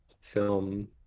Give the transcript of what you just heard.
film